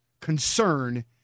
concern